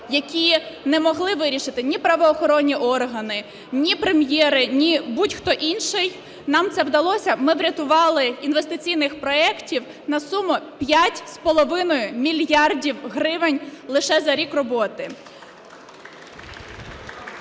які не могли вирішити ні правоохоронні органи, ні прем'єри, ні будь-хто інший. Нам це вдалося. Ми врятували інвестиційних проектів на суму 5,5 мільярда гривень лише за рік роботи.